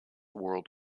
world